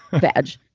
vag